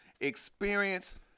experience